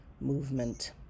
movement